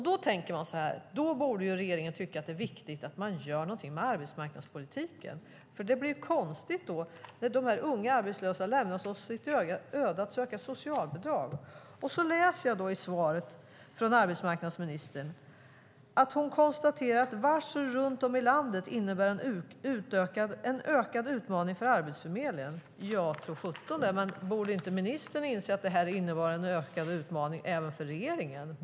Då tänker jag så här: Då borde regeringen tycka att det är viktigt att man gör någonting med arbetsmarknadspolitiken. Det blir konstigt när de unga arbetslösa lämnas åt sitt öde att söka socialbidrag. Jag läser i svaret från arbetsmarknadsministern att hon kan "konstatera att varsel runt om i landet innebär en ökad utmaning för Arbetsförmedlingen". Ja, tro sjutton det! Men borde inte ministern inse att det innebär en ökad utmaning även för regeringen?